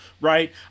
right